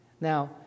Now